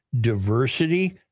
diversity